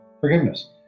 forgiveness